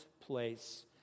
place